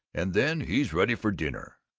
and then he's ready for dinner.